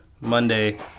Monday